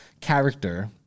character